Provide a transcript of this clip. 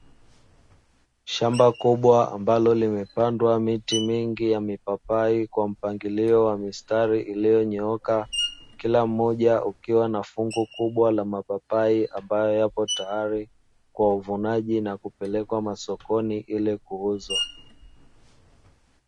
Shamba kubwa ambalo limepandwa miti mingi ya mipapai kwa mpangilio kwa mistari iliyonyooka, kila mmoja ukiwa na fungu kubwa la mapapai, ambayo yapo tayari kwa uvunaji, na kupelekwa masokoni ili kuuzwa.